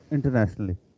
Internationally